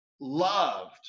loved